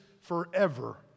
forever